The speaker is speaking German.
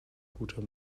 guter